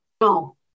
No